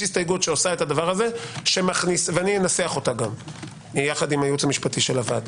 שעושה את הדבר הזה ואני אנסח אותה גם יחד עם הייעוץ המשפטי של הוועדה.